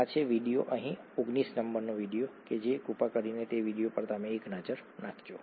આ છે વીડિયો અહીં 19 નંબરનો છે કૃપા કરીને તે વીડિયો પર એક નજર નાખો